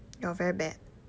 you're very bad